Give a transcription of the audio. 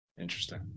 Interesting